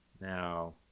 Now